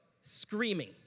screaming